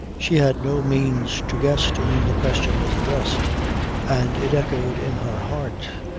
she had no means to guess to whom the question was addressed and it echoed in her heart,